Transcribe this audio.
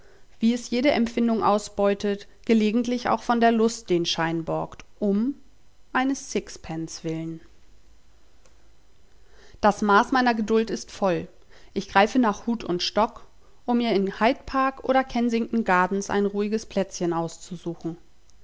wie es jede empfindung ausbeutet gelegentlich auch von der lust den schein borgt um eines sixpence willen das maß meiner geduld ist voll ich greife nach hut und stock um mir in hyde park oder kensington gardens ein ruhiges plätzchen auszusuchen